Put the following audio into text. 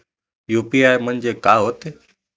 UPI म्हणजे का होते?